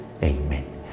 Amen